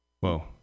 Whoa